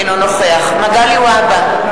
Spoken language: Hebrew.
אינו נוכח מגלי והבה,